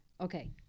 Okay